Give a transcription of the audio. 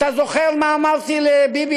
אתה זוכר מה אמרתי לביבי?